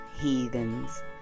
heathens